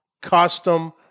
custom